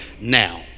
now